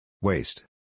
Waste